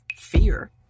fear